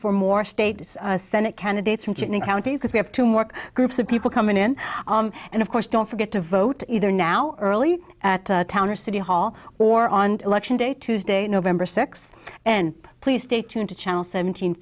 for more state senate candidates from jitney county because we have two more groups of people coming in and of course don't forget to vote either now early at town or city hall or on election day tuesday november sixth and please stay tuned to channel seven